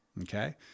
Okay